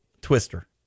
Twister